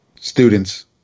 students